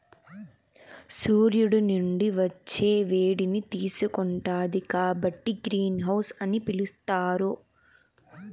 సూర్యుని నుండి వచ్చే వేడిని తీసుకుంటాది కాబట్టి గ్రీన్ హౌస్ అని పిలుత్తారు